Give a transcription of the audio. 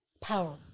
power